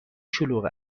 شلوغ